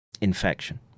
infection